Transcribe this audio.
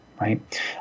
right